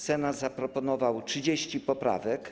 Senat zaproponował 30 poprawek.